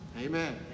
Amen